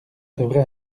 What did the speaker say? devrait